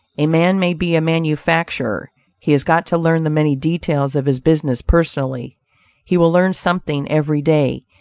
a man may be a manufacturer he has got to learn the many details of his business personally he will learn something every day,